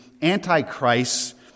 Antichrist